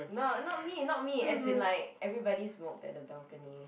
no not me not me as in like everybody smoked at the balcony